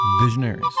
Visionaries